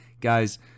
Guys